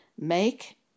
make